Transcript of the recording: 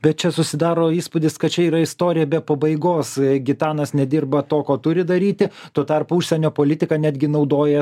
bet čia susidaro įspūdis kad čia yra istorija be pabaigos gitanas nedirba to ko turi daryti tuo tarpu užsienio politiką netgi naudoja